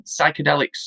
psychedelics